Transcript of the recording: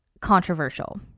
controversial